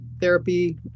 therapy